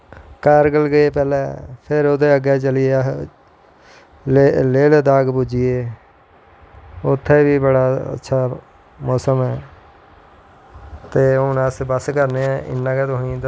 कारगिल गे अस फिर ओह्दै अग्गैं चली गे लेह् लद्धाख पुज्जी गे उत्थें बी बड़ा अच्छा मौसम ते हून अस बस करनें आं इन्ना गै तुसेंगी